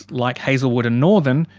like hazelwood and northern,